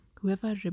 Whoever